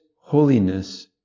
holiness